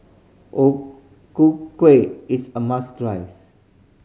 O Ku Kueh is a must tries